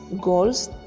goals